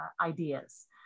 ideas